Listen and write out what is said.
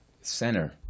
Center